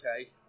okay